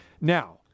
Now